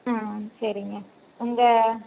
ஆ சரிங்க உங்கள்